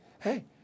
Hey